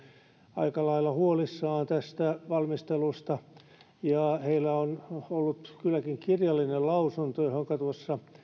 aika lailla huolissaan tästä valmistelusta heiltä on kylläkin kirjallinen lausunto johonka tuossa